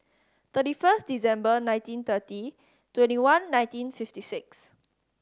thirty first December nineteen thirty twenty one nineteen fifty six